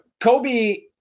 Kobe